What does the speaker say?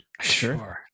Sure